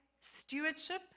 stewardship